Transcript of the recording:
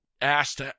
asked